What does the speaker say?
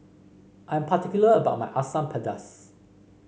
I am particular about my Asam Pedas